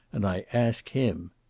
and i ask him.